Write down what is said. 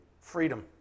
freedom